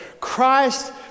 Christ